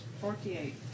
Forty-eight